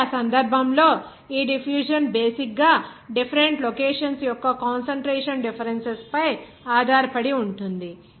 కాబట్టి ఆ సందర్భంలో ఈ డిఫ్యూషన్ బేసిక్ గా డిఫరెంట్ లొకేషన్స్ యొక్క కాన్సంట్రేషన్ డిఫరెన్సెస్ పై ఆధారపడి ఉంటుంది